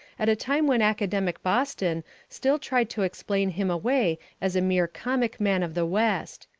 at a time when academic boston still tried to explain him away as a mere comic man of the west.